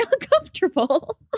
uncomfortable